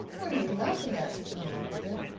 what are you laughing at? demanded peter.